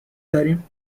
داریم